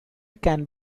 can